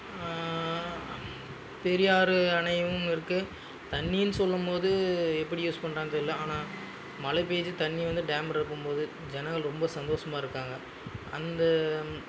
பெரியாறு அணையும் இருக்குது தண்ணின்னு சொல்லும் போது எப்படி யூஸ் பண்றாங்க தெரியல ஆனால் மழை பேஞ்சு தண்ணி வந்து டேம் ரொம்பும் போது ஜனங்கள் ரொம்ப சந்தோஷமா இருக்காங்க அந்த